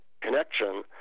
connection